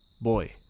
boy